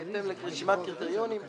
בהתאם לרשימת קריטריונים,